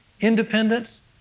independence